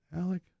Alec